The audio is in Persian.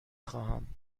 خواهم